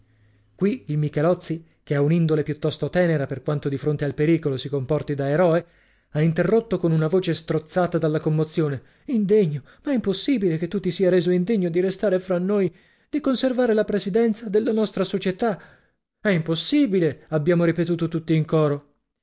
qui il michelozzi che ha un'indole piuttosto tenera per quanto di fronte al pericolo si comporti da eroe ha interrotto con una voce strozzata dalla commozione indegno ma è impossibile che tu ti sia reso indegno di restare fra noi di conservare la presidenza della nostra società è impossibile abbiamo ripetuto tutti in coro